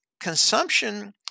consumption